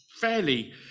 fairly